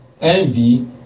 envy